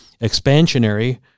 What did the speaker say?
expansionary